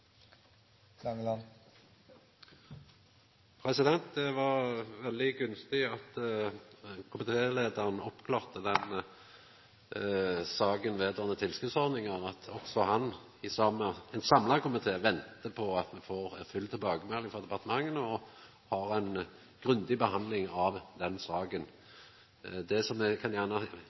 Det var veldig gunstig at komitéleiaren oppklarte den saka som gjeld tilskotsordninga, at ein samla komité ventar på at me får full tilbakemelding frå departementa og då har ei grundig behandling av den saka. Eg vil gjerna koma med eit hjartesukk eg òg, sidan alle gjer det,